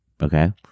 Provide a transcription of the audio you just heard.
Okay